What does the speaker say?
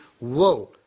whoa